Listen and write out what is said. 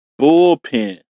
Bullpen